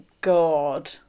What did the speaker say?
god